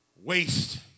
waste